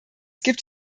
gibt